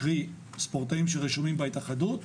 קרי: ספורטאים שרשומים בהתאחדות,